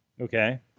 Okay